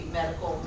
medical